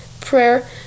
prayer